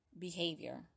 behavior